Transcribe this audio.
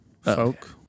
folk